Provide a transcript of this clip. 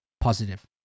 positive